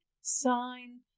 sign